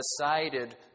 decided